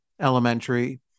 elementary